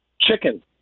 Chicken